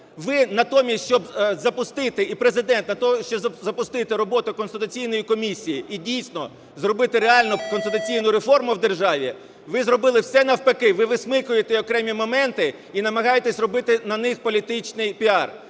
натомість щоб запустити роботу конституційної комісії і дійсно зробити реально конституційну реформу в державі, ви зробили все навпаки: ви висмикуєте окремі моменті і намагаєтесь робити на них політичний піар.